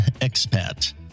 expat